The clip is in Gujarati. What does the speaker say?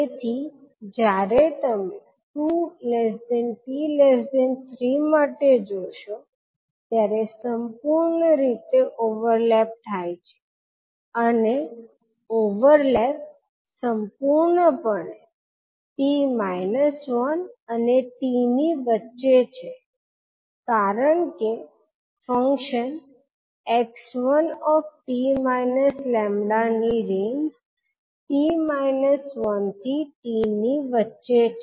તેથી જ્યારે તમે 2 𝑡 3 માટે જોશો ત્યારે સંપૂર્ણ રીતે ઓવરલેપ થાય છે અને ઓવરલેપ સંપૂર્ણપણે 𝑡 1 અને t ની વચ્ચે છે કારણ કે ફંક્શન 𝑥1 𝑡 𝜆ની રેન્જ 𝑡 1 થી t ની વચ્ચે છે